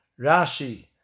Rashi